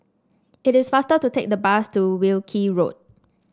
it is faster to take the bus to Wilkie Road